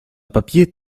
papier